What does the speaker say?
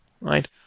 right